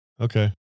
Okay